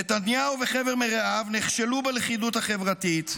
נתניהו וחבר מרעיו נכשלו בלכידות החברתית,